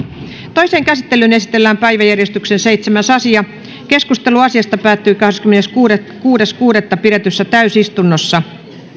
toiseen käsittelyyn esitellään päiväjärjestyksen seitsemäs asia keskustelu asiasta päättyi kahdeskymmeneskuudes kuudetta kaksituhattakahdeksantoista pidetyssä täysistunnossa